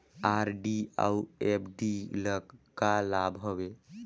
RD अऊ FD ल का लाभ हवे?